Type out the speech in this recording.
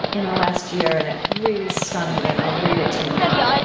in the last year, and it really stunned me, and i'll read it to you now.